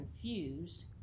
confused